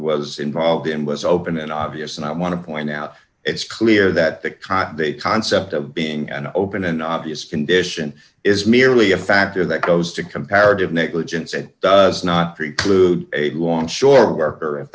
was involved in was open and obvious and i want to point out it's clear that the concept of being an open and obvious condition is merely a factor that goes to comparative negligence it does not preclude a longshore worker if